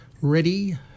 ready